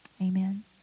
Amen